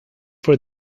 for